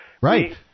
right